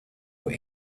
what